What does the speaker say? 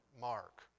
mark